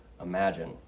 imagine